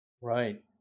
Right